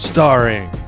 Starring